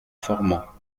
formans